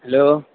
hello